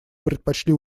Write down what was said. предпочли